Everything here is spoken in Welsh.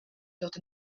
dod